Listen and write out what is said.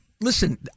Listen